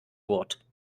wort